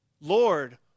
Lord